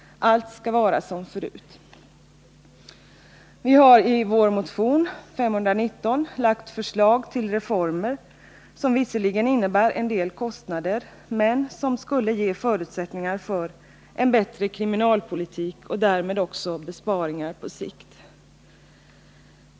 Allt skall vara som förut. Vi har i vår motion 519 lagt fram förslag till reformer som visserligen innebär en del kostnader, men som skulle ge förutsättningar för en bättre kriminalpolitik och därmed också besparingar på sikt.